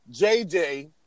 JJ